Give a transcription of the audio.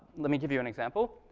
let me give you an example.